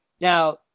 Now